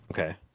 Okay